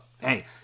hey